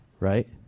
right